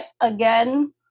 Again